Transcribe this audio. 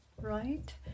right